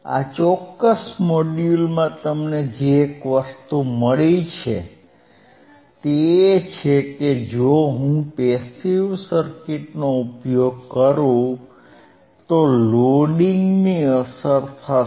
આ ચોક્કસ મોડ્યુલમાં તમને જે એક વસ્તુ મળી તે એ છે કે જો હું પેસીવ સર્કિટનો ઉપયોગ કરું તો લોડિંગની અસર થશે